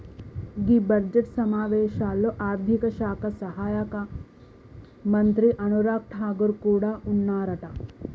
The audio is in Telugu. గీ బడ్జెట్ సమావేశాల్లో ఆర్థిక శాఖ సహాయక మంత్రి అనురాగ్ ఠాగూర్ కూడా ఉన్నారట